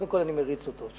קודם כול אני מריץ אותו.